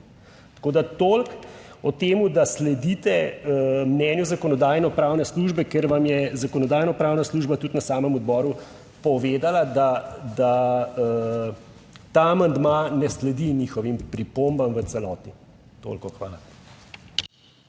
Tako toliko o tem, da sledite mnenju Zakonodajno-pravne službe, ker vam je Zakonodajno-pravna služba tudi na samem odboru povedala, da ta amandma ne sledi njihovim pripombam v celoti. Toliko.